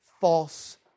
false